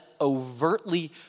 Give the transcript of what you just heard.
overtly